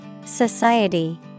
Society